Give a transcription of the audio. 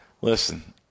Listen